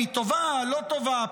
אם היא טובה או לא טובה,